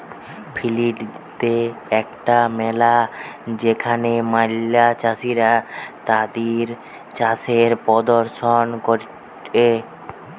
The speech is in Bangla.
ফিল্ড দে একটা মেলা যেখানে ম্যালা চাষীরা তাদির চাষের প্রদর্শন করেটে